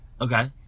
Okay